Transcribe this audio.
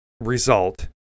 result